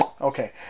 Okay